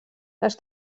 les